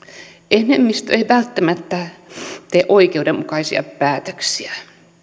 enemmistö ei välttämättä tee oikeudenmukaisia päätöksiä